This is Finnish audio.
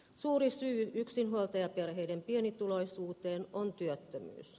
suuri syy yksinhuoltajaperheiden pienituloisuuteen on työttömyys